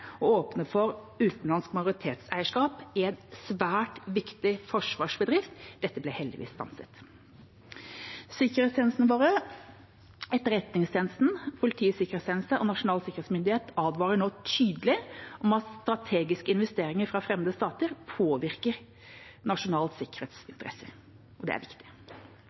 å åpne for utenlandsk majoritetseierskap i en svært viktig forsvarsbedrift. Dette ble heldigvis stanset. Sikkerhetstjenestene våre – Etterretningstjenesten, Politiets sikkerhetstjeneste og Nasjonal sikkerhetsmyndighet – advarer nå tydelig om at strategiske investeringer fra fremmede stater påvirker nasjonale sikkerhetsinteresser. Det er viktig.